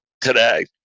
today